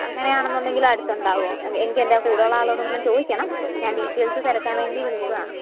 അങ്ങനെ ആണെന്നുണ്ടെങ്കിൽ അടുത്തുണ്ടാവുമോ എനിക്ക് എൻ്റെ കൂടെയുള്ള ആളോടും കൂടെ ചോദിക്കണം ഞാൻ ഡീറ്റെയിൽസ് തിരക്കാൻ വേണ്ടി വിളിച്ചതാണ്